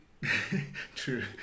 true